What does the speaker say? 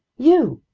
you!